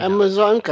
Amazon